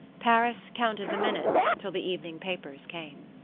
paris counted the minutes till the evening papers came.